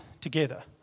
together